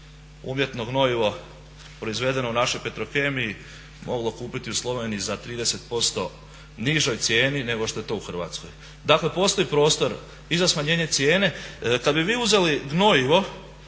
umjetno gnojivo proizvedeno u našoj Petrokemiji moglo kupiti u Sloveniji za 30% nižoj cijeni nego što je to u Hrvatskoj. Dakle, postoji prostor i za smanjenje cijene. Kad bi vi uzeli gnojivo